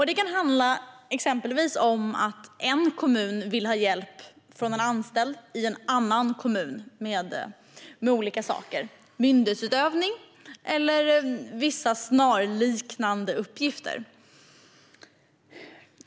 Det kan handla exempelvis om att en kommun vill ha hjälp från en anställd i en annan kommun med olika saker - myndighetsutövning eller snarlika uppgifter.